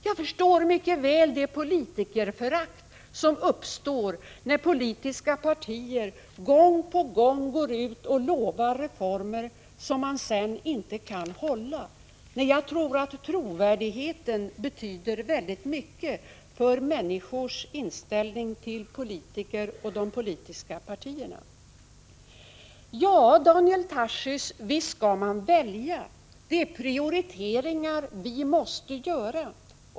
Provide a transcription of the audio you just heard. Jag förstår mycket väl det politikerförakt som uppstår när politiska partier gång på gång lovar reformer som de sedan inte kan genomföra. Trovärdigheten betyder väldigt mycket för människors inställning till politiker och de politiska partierna. Ja, Daniel Tarschys, visst skall man välja. Det är prioriteringar vi måste göra.